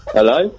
Hello